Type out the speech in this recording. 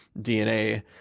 DNA